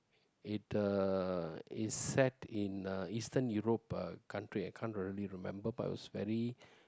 it uh is set in a Eastern Europe uh country I can't really remember but it was very